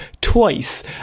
twice